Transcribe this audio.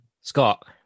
scott